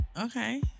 Okay